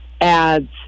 ads